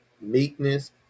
meekness